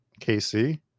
KC